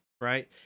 right